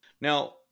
Now